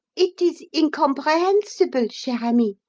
it is incomprehensible, cher ami.